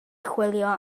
chwilio